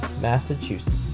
massachusetts